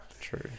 true